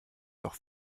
doch